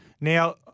Now